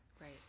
Right